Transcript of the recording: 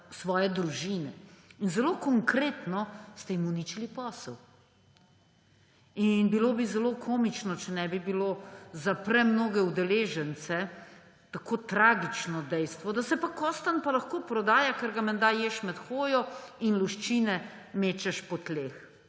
svoje družine. Zelo konkretno ste jim uničili posel. In bilo bi zelo komično, če ne bi bilo za premnoge udeležence tako tragično dejstvo, da se pa kostanj lahko prodaja, ker ga menda ješ med hojo in luščine mečeš po tleh.